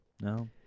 No